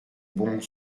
bons